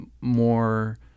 more